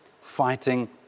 fighting